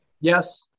yes